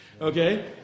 Okay